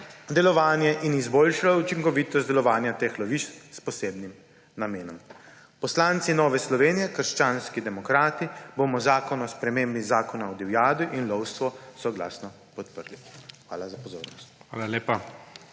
delovanje in izboljšalo učinkovitost delovanja teh loviš s posebnim namenom. Poslanci Nove Slovenije – krščanski demokrati bomo Zakon o spremembi Zakona o divjadi in lovstvu soglasno podprli. Hvala za pozornost.